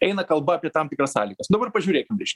eina kalba apie tam tikras sąlygas dabar pažiūrėkim biški